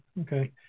okay